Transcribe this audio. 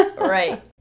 right